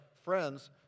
friends